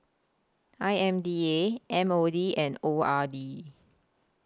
I M D A M O D and O R D